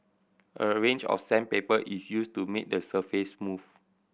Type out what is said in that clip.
a range of sandpaper is used to make the surface smooth